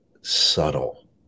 subtle